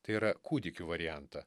tai yra kūdikių variantą